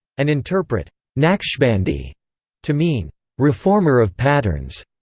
and interpret naqshbandi to mean reformer of patterns,